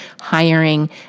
hiring